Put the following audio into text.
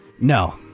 no